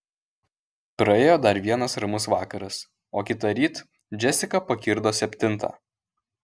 praėjo dar vienas ramus vakaras o kitąryt džesika pakirdo septintą